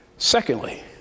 Secondly